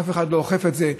אף אחד לא אוכף את זה,